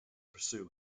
pursue